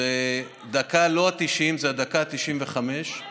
זו לא הדקה ה-90, זו הדקה ה-95, שמונה מחלקות,